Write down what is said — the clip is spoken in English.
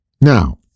Now